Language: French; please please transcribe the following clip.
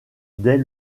dès